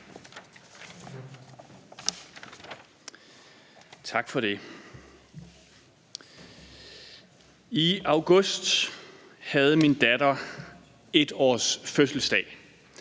I august var det min datters 1-årsfødselsdag.